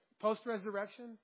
post-resurrection